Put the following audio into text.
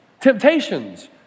temptations